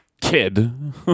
kid